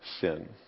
sin